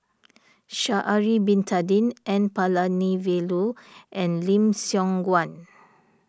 Sha'ari Bin Tadin N Palanivelu and Lim Siong Guan